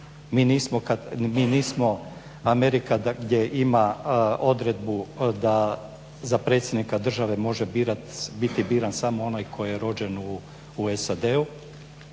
mi nismo Amerika gdje ima odredbu da za predsjednika države može biti biran samo onaj tko je rođen u SAD-u.